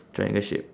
triangle shape